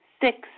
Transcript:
Six